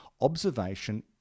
observation